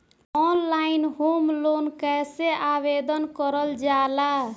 Online home loan कैसे आवेदन करल जा ला?